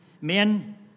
Men